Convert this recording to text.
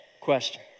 question